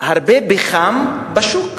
יש מה?